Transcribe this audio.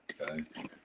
okay